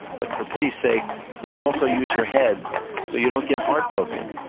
but for pity's sake please also use your head so you don't get heartbroken.